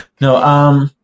No